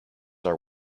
are